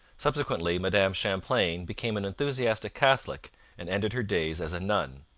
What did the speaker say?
subsequently, madame champlain became an enthusiastic catholic and ended her days as a nun.